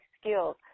skills